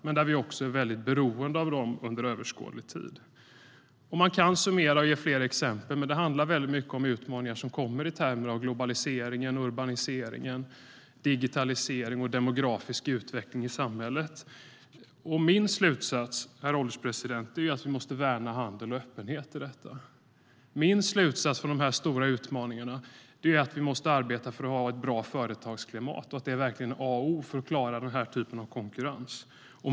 Samtidigt är vi väldigt beroende av dem under överskådlig tid. Min slutsats, herr ålderspresident, är att vi måste värna handel och öppenhet. Min slutsats när det gäller de här stora utmaningarna är att vi måste arbeta för ett bra företagsklimat, för det är A och O för att klara den här typen av konkurrens.